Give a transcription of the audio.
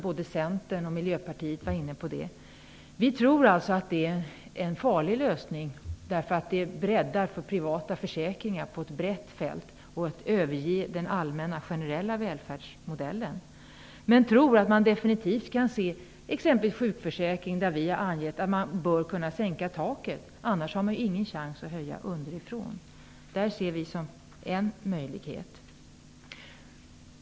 Både Centern och Miljöpartiet var inne på det. Vi tror att det är en farlig lösning. Det öppnar för privata försäkringar på ett brett fält. Man överger den allmänna generella välfärdsmodellen. När det gäller exempelvis sjukförsäkringen har vi angett att man bör kunna sänka taket. Annars har man ingen chans att höja underifrån. Det ser vi som en möjlighet.